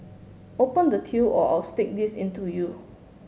open the till or I'll stick this into you